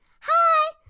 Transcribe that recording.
Hi